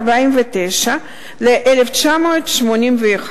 1949 ו-1981.